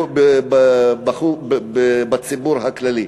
בציבור הכללי,